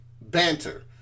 banter